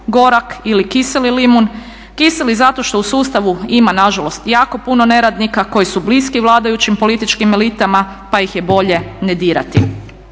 gorak ili kiseli limun. Kiseli zato što u sustavu ima nažalost jako puno neradnika koji su bliski vladajućim političkim elitama pa ih je bolje ne dirati